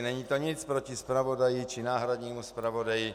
Není to nic proti zpravodaji či náhradnímu zpravodaji.